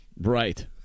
right